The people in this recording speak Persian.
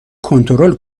کنترل